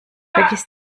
vergiss